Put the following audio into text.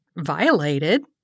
violated